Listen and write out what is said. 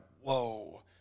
whoa